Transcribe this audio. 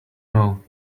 know